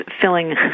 filling